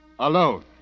Alone